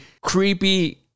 creepy